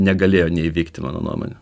negalėjo neįvykti mano nuomone